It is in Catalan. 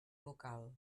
local